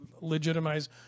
legitimize